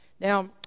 Now